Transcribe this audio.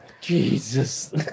Jesus